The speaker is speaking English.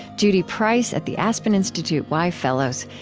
judy price at the aspen institute wye fellows,